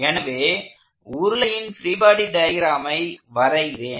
எனவே உருளையின் free body டயக்ராமை வருகிறேன்